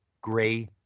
gray